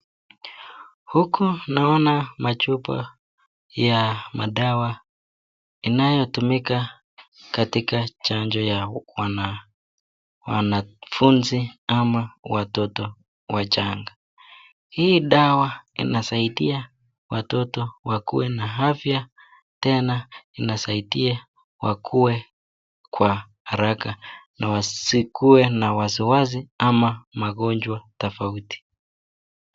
Huku naona machupa ya madawa inayotumika katika chanjo ya wanafunzi ama watoto wachanga. Hii dawa inasaidia watoto wakuwe na afya tena inasaidia wakuwe kwa haraka na wasikuwe na wasiwasi ama magonjwa tofauti.